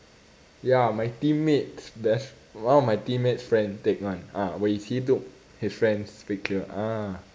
ya my teammate's best one of my teammate's friend take [one] ah wei qi took his friend's picture ah